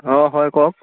অঁ হয় কওক